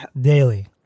daily